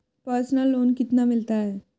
Personal loan कितना मिलता है?